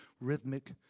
rhythmic